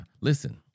listen